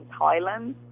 Thailand